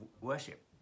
worship